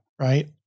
right